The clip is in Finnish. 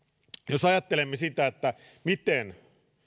jos ajattelemme sitä miten